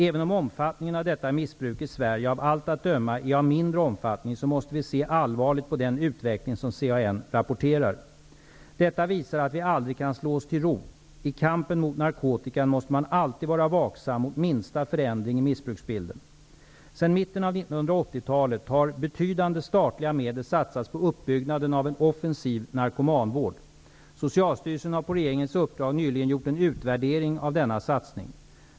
Även om omfattningen av detta missbruk i Sverige av allt att döma är av mindre omfattning, måste vi se allvarligt på den utveckling som CAN rapporterar. Detta visar att vi aldrig kan slå oss till ro. I kampen mot narkotikan måste man alltid vara vaksam mot minsta förändring i missbruksbilden. Sedan mitten av 1980-talet har betydande statliga medel satsats på uppbyggnaden av en offensiv narkomanvård. Socialstyrelsen har på regeringens uppdrag nyligen gjort en utvärdering av denna satsning.